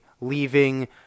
leaving